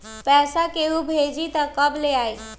पैसा केहु भेजी त कब ले आई?